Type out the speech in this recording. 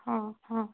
ହଁ ହଁ